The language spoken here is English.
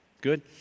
Good